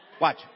Watch